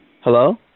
Hello